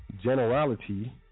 generality